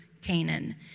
Canaan